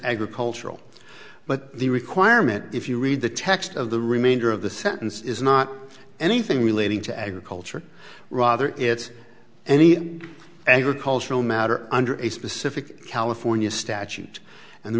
agricultural but the requirement if you read the text of the remainder of the sentence is not anything relating to agriculture rather it's any agricultural matter under a specific california statute and the